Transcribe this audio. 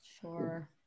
Sure